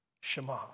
Shema